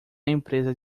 empresa